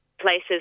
places